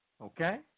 Okay